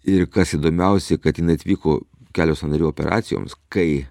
ir kas įdomiausia kad jinai atvyko kelio sąnarių operacijoms kai